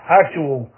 actual